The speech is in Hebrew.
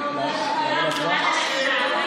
אני נותן לך עוד שבוע,